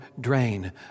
drain